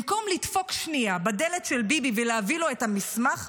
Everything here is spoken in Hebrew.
במקום לדפוק שנייה בדלת של ביבי ולהביא לו את המסמך,